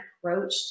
approached